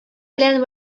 белән